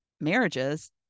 marriages